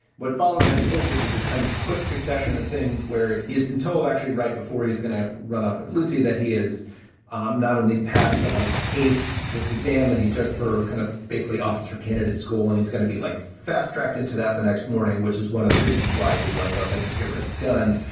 what follows after this is there's a kind of quick succession of things where he has been told actually right before he's going to run off at lucy, that he is um not only passed, but like aced this exam that he took for kind of basically officer candidate school. and he's gonna be like fast tracked that the next morning, which is one of the reasons why he's like, oh, if i just get rid of this gun,